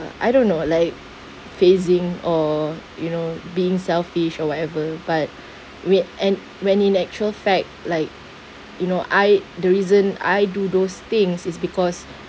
uh I don't know like fazing or you know being selfish or whatever but whe~ and when in actual fact like you know I the reason I do those things is because